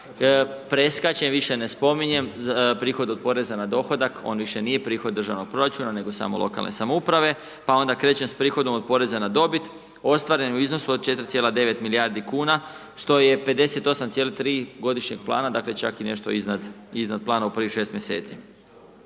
preskačem, više ne spominjem prihod od poreza na dohodak, on više nije prihod državnog proračuna nego samo lokalne samouprave, pa onda krećem s prihodom od poreza na dobit, ostvaren je u iznosu od 4,9 milijardi kuna što je 58,3 godišnjeg plana, dakle čak i nešto iznad, iznad plana u prvih 6 mjeseci,